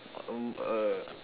um uh